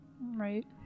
Right